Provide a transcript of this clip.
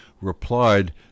replied